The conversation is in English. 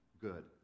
good